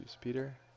Peter